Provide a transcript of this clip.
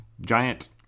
giant